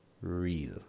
real